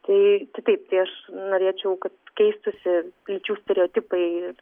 tai kitaip tai aš norėčiau kad keistųsi lyčių stereotipai ir